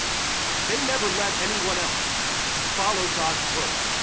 they never led anyone else to follow god's word.